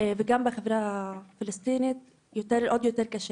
ובחברה הפלסטינית עוד יותר קשה.